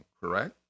correct